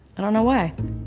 i don't know why.